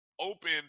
open